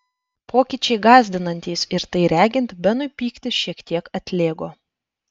pokyčiai gąsdinantys ir tai regint benui pyktis šiek tiek atlėgo